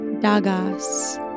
dagas